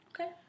Okay